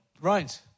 Right